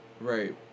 Right